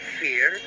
fear